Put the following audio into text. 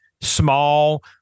small